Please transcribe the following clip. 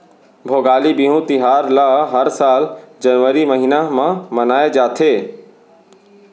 भोगाली बिहू तिहार ल हर साल जनवरी महिना म मनाए जाथे